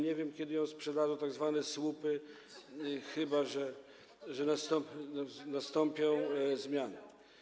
Nie wiem, kiedy ją sprzedadzą tzw. słupy, chyba że nastąpią zmiany.